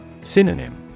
Synonym